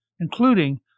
including